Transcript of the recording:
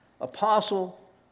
Apostle